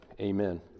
amen